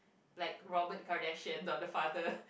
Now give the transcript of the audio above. like Robert-Kardashian God Father